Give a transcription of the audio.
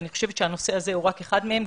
ואני חושבת שהנושא הזה הוא רק אחד מהם,